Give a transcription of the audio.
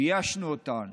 ביישנו אותן,